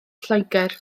lloegr